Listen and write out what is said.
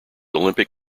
olympic